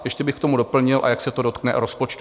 Ještě bych k tomu doplnil a jak se to dotkne rozpočtu.